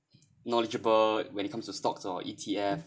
knowledgeable when it comes to stocks or E_T_F